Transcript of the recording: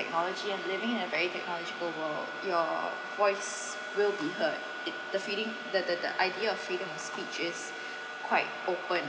technology and living in a very technological world your voice will be heard it the feeling the the the idea of freedom of speech is quite open